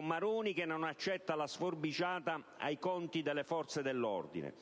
Maroni non accetta la sforbiciata ai conti delle forze dell'ordine;